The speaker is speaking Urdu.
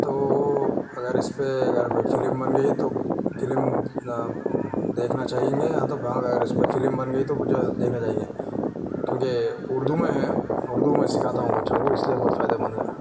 تو اگر اس پہ اگر کوئی فلم بن گئی ہے تو فلم دیکھنا چاہیں گے تو اس پہ فلم بن گئی تو جو ہے دیکھنا چاہیے کیونکہ اردو میں ہے اردو میں سکھاتا ہوں بچوں کو اس لیے بہت فائدہ مند ہے